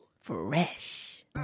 Fresh